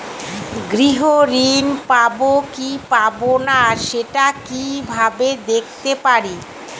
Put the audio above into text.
গৃহ ঋণ পাবো কি পাবো না সেটা কিভাবে দেখতে পারি?